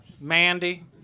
Mandy